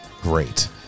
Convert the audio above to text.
great